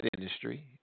industry